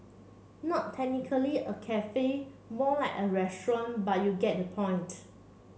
not technically a cafe more like a restaurant but you get the point